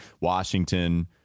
Washington